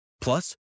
Plus